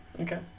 Okay